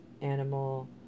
animal